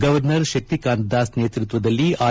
governor Shaktikanta Das ನೇತೃತ್ವದಲ್ಲಿ R